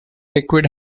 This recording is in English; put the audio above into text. liquid